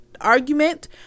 argument